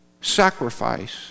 sacrifice